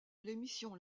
l’émission